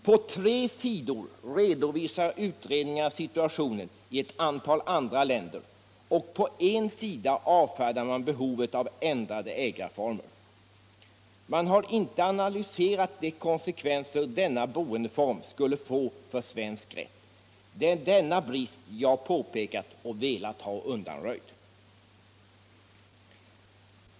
På tre sidor redovisar utredningarna situationen i ett antal andra länder, och på en sida avfärdas behovet av ändrade ägandeformer. Man har inte analyserat de konsekvenser denna boendeform skulle få för svensk rätt. Det är denna brist jag påpekat och velat ha undanröjd.